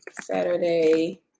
Saturday